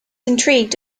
intrigued